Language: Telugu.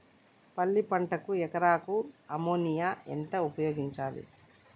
పల్లి పంటకు ఎకరాకు అమోనియా ఎంత ఉపయోగించాలి?